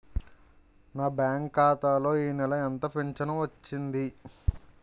నా బ్యాంక్ ఖాతా లో ఈ నెల ఎంత ఫించను వచ్చింది?